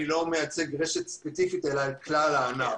אני לא מייצג רשת ספציפית, אלא את כלל הענף.